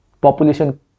Population